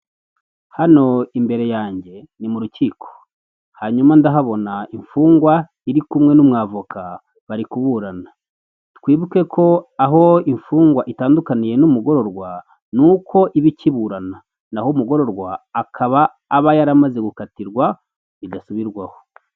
Hano imbere yanjye ni mu rukiko hanyuma ndahabona imfungwa iri kumwe n'umwavoka bari kuburana, twibuke ko aho imfungwa itandukaniye n'umugororwa nuko iba ikiburana naho umugororwa akaba aba yaramaze gukatirwa bidasubirwaho.